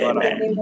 Amen